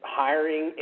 hiring